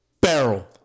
Barrel